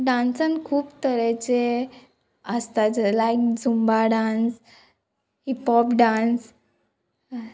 डांसान खूब तरेचे आसता जे like Zumba dance hip hop dance